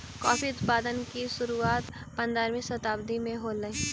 coffee उत्पादन की शुरुआत पंद्रहवी शताब्दी में होलई